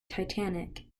titanic